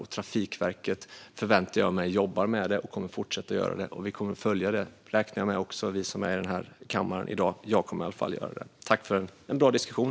Jag förväntar mig att Trafikverket jobbar med det och kommer att fortsätta att göra det. Jag räknar med att vi som är i den här kammaren i dag kommer att följa det. Jag kommer i alla fall att göra det. Herr talman! Tack för en bra diskussion.